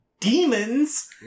demons